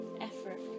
effort